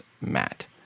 Matt